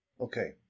Okay